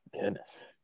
goodness